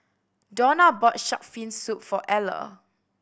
Dawna bought shark fin soup for Eller